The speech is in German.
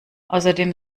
außerdem